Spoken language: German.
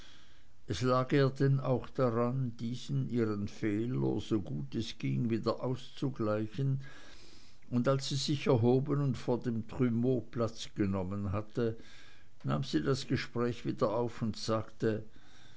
es lag ihr denn auch daran diesen ihren fehler so gut es ging wieder auszugleichen und als sie sich erhoben und vor dem trumeau platz genommen hatte nahm sie das gespräch wieder auf und sagte